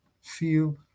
feel